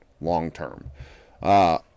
long-term